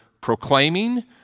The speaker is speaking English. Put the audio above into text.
proclaiming